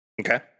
Okay